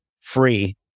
free